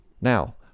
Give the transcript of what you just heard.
Now